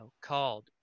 called